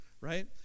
right